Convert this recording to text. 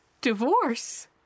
divorce